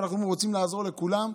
ואנחנו רוצים לעזור לכולם,